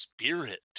spirit